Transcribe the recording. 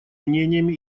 мнениями